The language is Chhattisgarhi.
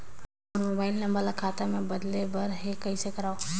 मोर मोबाइल नंबर ल खाता मे बदले बर हे कइसे करव?